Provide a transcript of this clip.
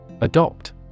Adopt